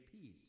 Peace